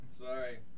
Sorry